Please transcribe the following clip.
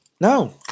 No